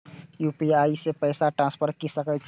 UPI से पैसा transfer की सके छी?